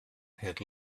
had